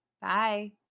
Bye